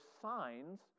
signs